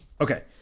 Okay